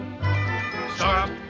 stop